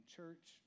church